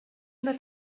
una